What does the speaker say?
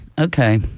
Okay